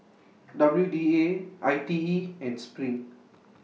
W D A I T E and SPRING